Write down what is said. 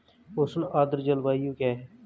उष्ण आर्द्र जलवायु क्या है?